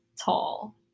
tall